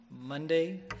Monday